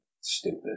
stupid